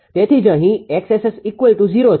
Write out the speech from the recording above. તેથી જ અહીં 𝑋𝑆𝑆૦ છે